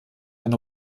eine